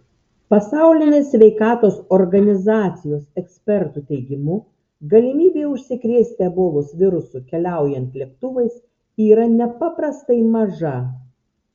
pso ekspertų teigimu galimybė užsikrėsti ebolos virusu keliaujant lėktuvais yra nepaprastai maža